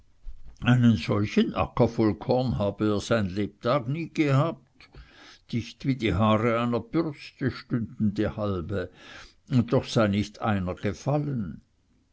solchen acker voll korn habe er sein lebtag nie gehabt dicht wie die haare einer bürste stünden die halme und doch sei nicht einer gefallen